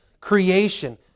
creation